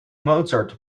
mozart